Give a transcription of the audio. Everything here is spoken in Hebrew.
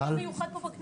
יש ערוץ מיוחד פה בכנסת.